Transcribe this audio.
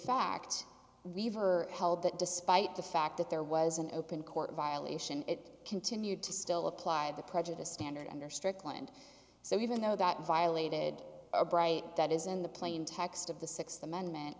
fact we were told that despite the fact that there was an open court violation it continued to still apply the prejudice standard under strickland so even though that violated a bright that is in the plain text of the th amendment